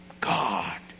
God